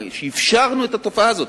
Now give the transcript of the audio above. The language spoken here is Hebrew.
שאפשרנו את התופעה הזאת,